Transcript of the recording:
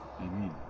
Amen